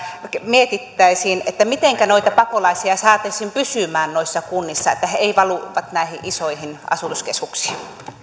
mietittäisiin mitenkä noita pakolaisia saataisiin pysymään noissa kunnissa että he eivät valuisi näihin isoihin asutuskeskuksiin